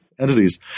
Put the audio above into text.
entities